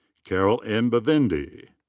carol n. bvindi.